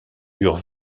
eurent